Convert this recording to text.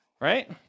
right